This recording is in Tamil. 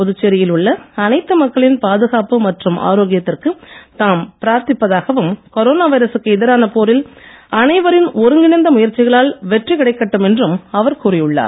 புதுச்சேரியில் உள்ள அனைத்து மக்களின் பாதுகாப்பு மற்றும் ஆரோக்கியத்திற்கு தாம் பிரார்த்திப்பதாகவும் கொரோனா வைரசுக்கு எதிரான போரில் அனைவரின் ஒருங்கிணைந்த முயற்சிகளால் வெற்றி கிடைக்கட்டும் என்றும் அவர் கூறி உள்ளார்